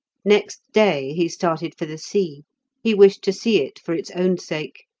next day he started for the sea he wished to see it for its own sake,